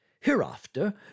Hereafter